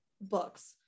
books